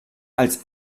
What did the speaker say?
als